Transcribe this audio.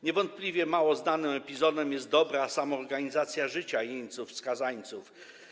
Niewątpliwie mało znanym epizodem jest dobra samoorganizacja życia jeńców, skazańców.